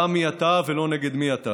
דע מי אתה ולא נגד מי אתה.